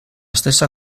stessa